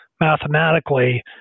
mathematically